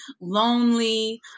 lonely